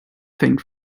think